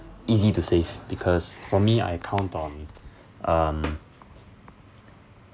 easy to save because for me I count on um